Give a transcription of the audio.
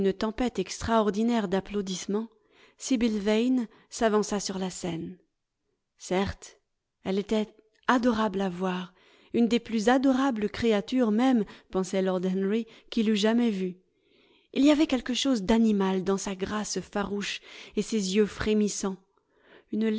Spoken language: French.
extraordinaire d'applaudissements sibyl vane s'avança sur la scène certes elle était adorable à voir une des plus adorables créatures même pensait lord henry qu'il eût jamais vues il y avait quelque chose d'animal dans sa grâce farouche et ses yeux frémissants une